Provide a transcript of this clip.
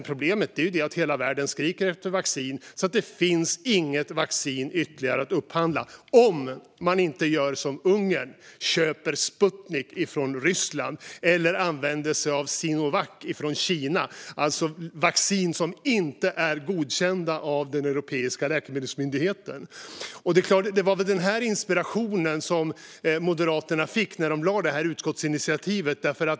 Problemet är att hela världen skriker efter vaccin, så det finns inget ytterligare vaccin att upphandla - om man inte gör som Ungern och köper Sputnik från Ryssland eller använder sig av Sinovac från Kina, alltså vacciner som inte är godkända av Europeiska läkemedelsmyndigheten. Det var väl den inspirationen som fick Moderaterna att lägga fram det här utskottsinitiativet.